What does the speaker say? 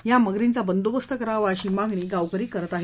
या मगरींचा बंदोबस्त करावा अशी मागणी समोर येत आहे